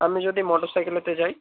আমি যদি মোটরসাইকেলেতে যাই